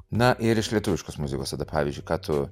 na ir iš lietuviškos muzikos tad pavyzdžiui ką tu